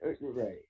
Right